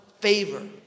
favor